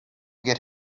get